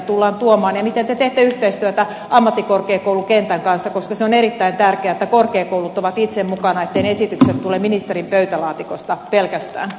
miten te teette yhteistyötä ammattikorkeakoulukentän kanssa koska se on erittäin tärkeätä että korkeakoulut ovat itse mukana etteivät ne esitykset tule ministerin pöytälaatikosta pelkästään